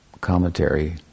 commentary